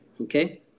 okay